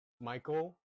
Michael